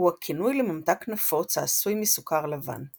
הוא הכינוי לממתק נפוץ העשוי מסוכר לבן.